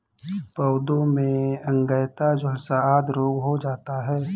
पौधों में अंगैयता, झुलसा आदि रोग हो जाता है